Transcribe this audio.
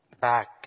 back